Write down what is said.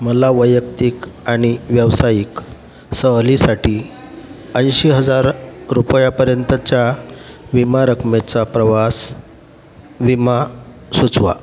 मला वैयक्तिक आणि व्यावसायिक सहलीसाठी ऐंशी हजार रुपयांपर्यंतच्या विमा रकमेचा प्रवासविमा सुचवा